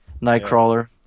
Nightcrawler